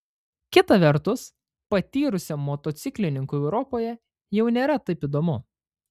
kita vertus patyrusiam motociklininkui europoje jau nėra taip įdomu